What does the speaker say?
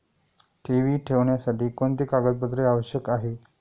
ठेवी ठेवण्यासाठी कोणते कागदपत्रे आवश्यक आहे?